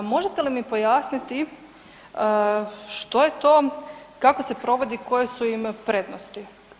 Možete li mi pojasniti što je, kako se provodi, koje su im prednosti?